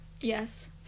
Yes